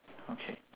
okay